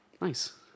Nice